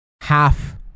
Half